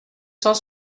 cent